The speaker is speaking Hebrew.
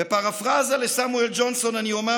בפרפראזה לסמואל ג'ונסון אני אומר